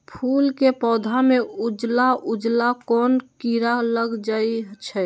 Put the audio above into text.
फूल के पौधा में उजला उजला कोन किरा लग जई छइ?